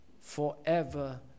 forever